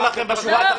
זאת הצגה.